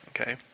Okay